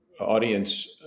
audience